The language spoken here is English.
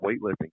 weightlifting